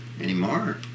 anymore